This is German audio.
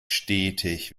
stetig